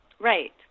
Right